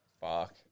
Fuck